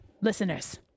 listeners